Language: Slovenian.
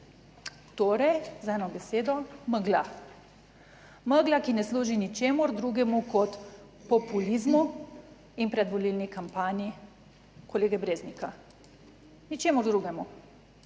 Torej z eno besedo megla, megla, ki ne služi ničemur drugemu kot populizmu in predvolilni kampanji kolega Breznika, ničemur drugemu.